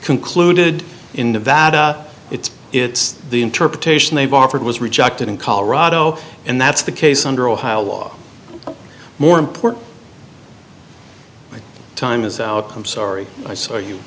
concluded in nevada it's it's the interpretation they've offered was rejected in colorado and that's the case under ohio law more important time is out i'm sorry i saw you